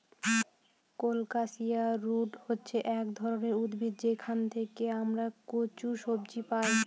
colocasia root হচ্ছে এক ধরনের উদ্ভিদ যেখান থেকে আমরা কচু সবজি পাই